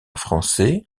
français